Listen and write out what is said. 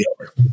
over